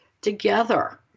together